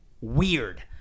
weird